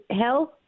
health